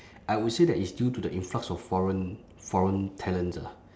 I would say that it's due to the influx of foreign foreign talents ah